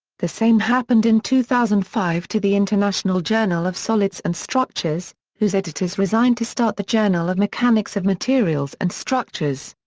the same happened in two thousand and five to the international journal of solids and structures, whose editors resigned to start the journal of mechanics of materials and structures.